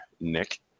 Nick